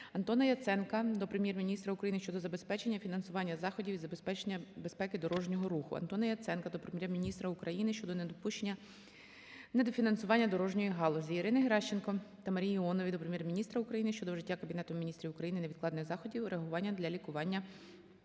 Антона Яценка до Прем'єр-міністра України щодо забезпечення фінансування заходів із забезпечення безпеки дорожнього руху. Антона Яценка до Прем'єр-міністра України щодо недопущення недофінансування дорожньої галузі. Ірини Геращенко та Марії Іонової до Прем'єр-міністра України щодо вжиття Кабінетом Міністрів України невідкладних заходів реагування для лікування